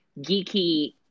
geeky